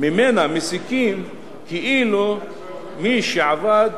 שממנה מסיקים כאילו מי שעבד